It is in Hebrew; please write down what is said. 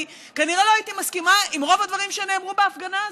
כנראה לא הייתי מסכימה לרוב הדברים שנאמרו בהפגנה הזאת,